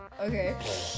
Okay